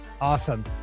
Awesome